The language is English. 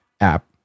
app